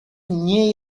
nie